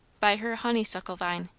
by her honeysuckle vine.